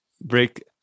break